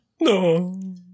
No